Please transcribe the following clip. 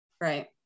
right